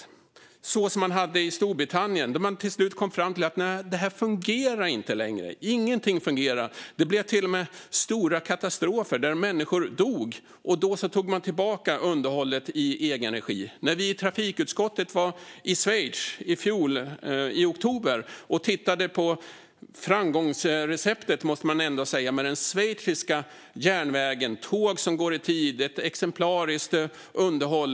Det var så man hade det i Storbritannien. Där kom man till slut fram till att det inte längre fungerade. Ingenting fungerade. Det blev till och med stora katastrofer där människor dog. Då tog man tillbaka underhållet i egen regi. I oktober i fjol var vi i trafikutskottet i Schweiz och tittade på framgångsreceptet för den schweiziska järnvägen, med tåg som går i tid och ett exemplariskt underhåll.